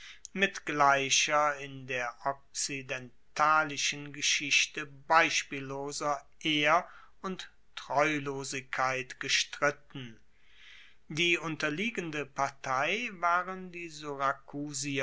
mit gleicher in der okzidentalischen geschichte beispielloser ehr und treulosigkeit gestritten die unterliegende partei waren die